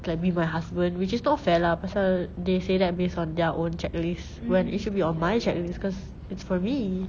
can be my husband which is not fair lah pasal they say that based on their own checklist when it should be on my checklist because it's for me